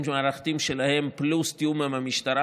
מערכתיים שלהם פלוס תיאום עם המשטרה,